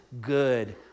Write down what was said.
good